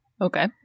Okay